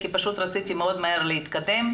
כי רציתי מאוד מהר להתקדם,